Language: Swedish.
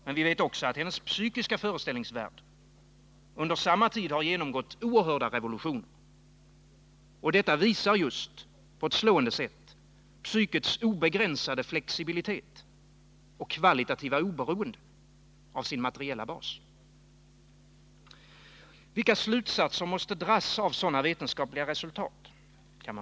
Men vi vet också att hennes psykiska föreställningsvärld under tiden har genomgått oerhörda revolutioner. Det visar på ett slående sätt psykets obegränsade flexibilitet och kvalitativa oberoende av sin materiella bas. Vilka slutsatser måste dras av sådana vetenskapliga resultat?